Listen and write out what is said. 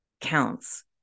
counts